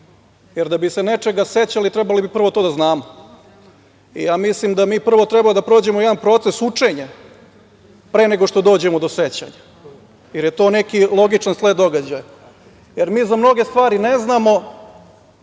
jer da bi se nečega sećali, trebali bi prvo to da znamo. Ja mislim da mi prvo treba da prođemo jedan proces učenja pre nego što dođemo do sećanja, jer je to neki logičan sled događaja. Jer, mi za mnoge stvari ne znamo,